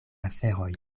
aferoj